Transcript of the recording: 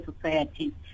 society